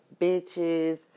bitches